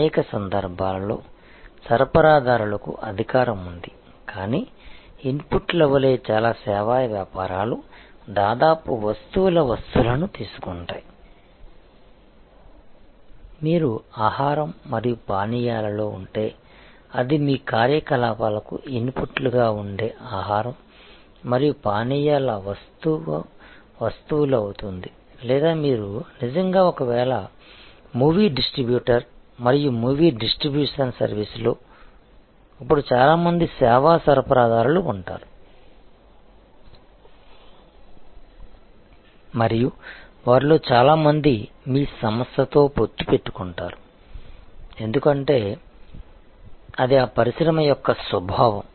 అనేక సందర్భాల్లో సరఫరాదారులకు అధికారం ఉంది కానీ ఇన్పుట్ల వలె చాలా సేవా వ్యాపారాలు దాదాపు వస్తువుల వస్తువులను తీసుకుంటాయి మీరు ఆహారం మరియు పానీయాలలో ఉంటే అది మీ కార్యకలాపాలకు ఇన్పుట్లుగా ఉండే ఆహారం మరియు పానీయాల వస్తువు వస్తువులు అవుతుంది లేదా మీరు నిజంగా ఒకవేళ మూవీ డిస్ట్రిబ్యూటర్ మరియు మూవీ డిస్ట్రిబ్యూషన్ సర్వీసులో అప్పుడు చాలా మంది సేవా సరఫరాదారులు ఉంటారు మరియు వారిలో చాలామంది మీ సంస్థతో పొత్తు పెట్టుకుంటారు ఎందుకంటే అది ఆ పరిశ్రమ యొక్క స్వభావం